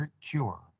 cure